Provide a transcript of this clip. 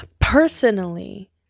personally